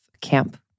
camp